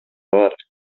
бар